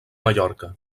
mallorca